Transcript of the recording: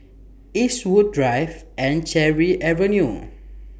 Eastwood Drive and Cherry Avenue